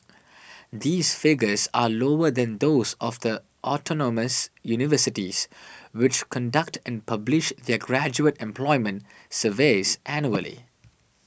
these figures are lower than those of the autonomous universities which conduct and publish their graduate employment surveys annually